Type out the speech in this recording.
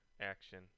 action